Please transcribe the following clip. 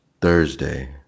Thursday